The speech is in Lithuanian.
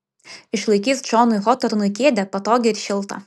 išlaikys džonui hotornui kėdę patogią ir šiltą